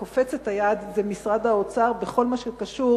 מי שקופץ את היד זה משרד האוצר בכל מה שקשור